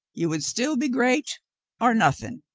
you would still be great or nothing,